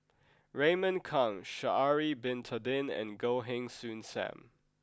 Raymond Kang Sha'ari bin Tadin and Goh Heng Soon Sam